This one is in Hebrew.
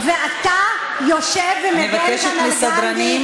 אני מבקשת לצאת מהאולם